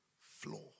floor